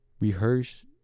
rehearse